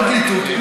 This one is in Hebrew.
הפרקליטות,